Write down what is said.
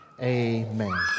amen